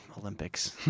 Olympics